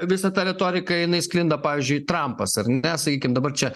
visa ta retoriką jinai sklinda pavyzdžiui trampas ar ne sakykim dabar čia